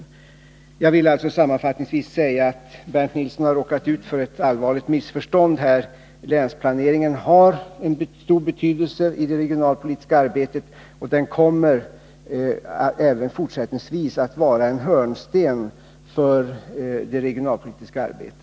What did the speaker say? Bernt Nilsson har som sagt råkat ut för ett allvarligt missförstånd när det gäller länsplaneringen, och jag vill därför sammanfattningsvis säga att länsplaneringen har en stor betydelse i det regionalpolitiska arbetet. Den kommer även fortsättningsvis att vara en hörnsten i detta arbete.